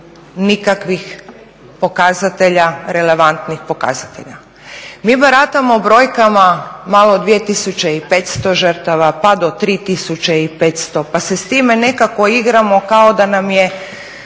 nikakvih pokazatelja relevantnih pokazatelja. Mi baratamo brojkama malo od 2500 žrtava pa do 3500, pa se s time nekako igramo kao da nam je